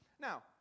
Now